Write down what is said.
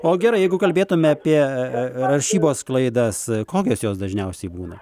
o gerai jeigu kalbėtumėme apie rašybos klaidas kokios jos dažniausiai būna